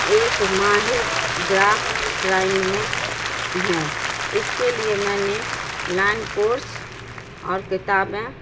ایک ماہر graph drawing میں ہے اس کے لیے میں نے لائن کورس اور کتابیں